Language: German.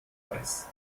weiß